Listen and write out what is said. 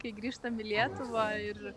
kai grįžtam į lietuvą ir